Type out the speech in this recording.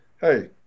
hey